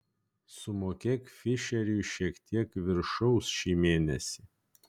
sumokėk fišeriui šiek tiek viršaus šį mėnesį